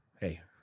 Hey